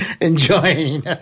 enjoying